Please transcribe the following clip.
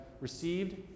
received